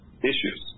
issues